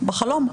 בחלום.